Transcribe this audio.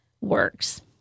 works